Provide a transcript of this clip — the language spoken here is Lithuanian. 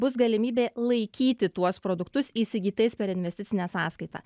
bus galimybė laikyti tuos produktus įsigytais per investicinę sąskaitą